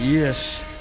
Yes